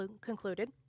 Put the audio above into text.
concluded